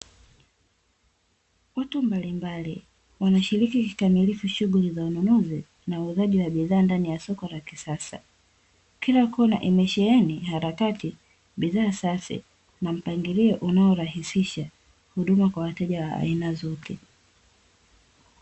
Watu mbali mbali wana shiriki kikamilifu shughuli za ununuzi na huuzaji wa bidhaa ndani ya soko la kisasa. Kila kona imesheheni harakati bidhaa chache na mpangilio unao rahishisha huduma kwa wateja wa aina zote.